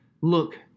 Look